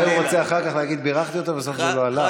אולי הוא רוצה אחר כך להגיד: בירכתי אותו ובסוף זה לא הלך.